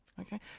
okay